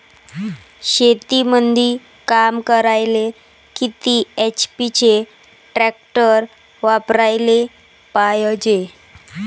शेतीमंदी काम करायले किती एच.पी चे ट्रॅक्टर वापरायले पायजे?